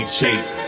chase